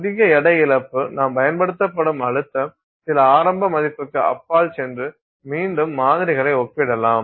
அதிக எடை இழப்பு நாம் பயன்படுத்தும் அழுத்தம் சில ஆரம்ப மதிப்புக்கு அப்பால் சென்று மீண்டும் மாதிரிகளை ஒப்பிடலாம்